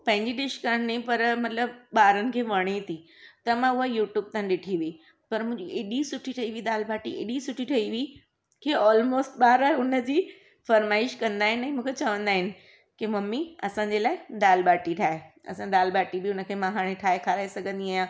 पंहिंजी डिश कान्हे पर मतिलबु ॿारनि खे वॾे थी त मां उहा यूट्यूब सां ॾिठी हुई पर मुंहिंजी एॾी सुठी ठही हुई दाल बाटी एॾी सुठी ठई हुई की ऑल्मोस्ट ॿार हुन जी फरमाइश कंदा आहिनि ऐं मूंखे चवंदा आहिनि की ममी असांजे लाइ दाल बाटी ठाहे असां दाल बाटी बि हुन खे मां ठाहे खाराए सघंदी आहियां